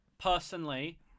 personally